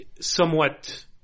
somewhat